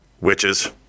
Witches